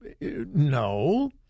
No